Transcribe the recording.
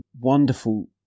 wonderful